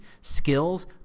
skills